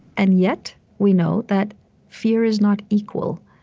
and yet, we know that fear is not equal.